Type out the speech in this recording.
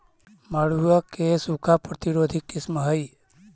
मड़ुआ के सूखा प्रतिरोधी किस्म हई?